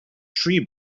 tree